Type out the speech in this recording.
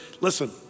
Listen